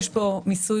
המיסוי,